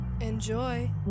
Enjoy